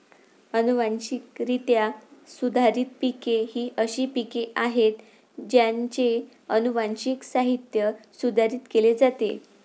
अनुवांशिकरित्या सुधारित पिके ही अशी पिके आहेत ज्यांचे अनुवांशिक साहित्य सुधारित केले जाते